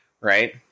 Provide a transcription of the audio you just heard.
Right